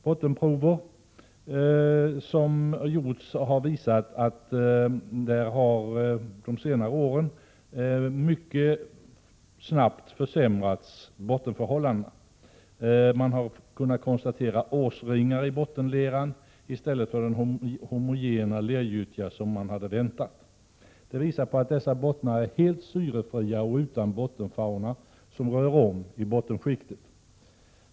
Bottenprover visar att förhållandena har försämrats mycket snabbt under senare år. Man har noterat årsringar i bottenleran i stället för den homogena lergyttja som man hade väntat sig. Det visar att dessa bottnar är helt syrefria och att de saknar en bottenfauna som ”rör om” i bottenskiktet.